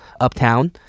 uptown